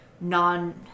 non